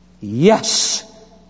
Yes